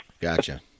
Gotcha